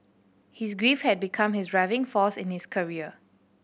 his grief had become his driving force in his career